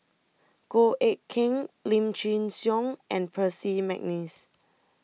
Goh Eck Kheng Lim Chin Siong and Percy Mcneice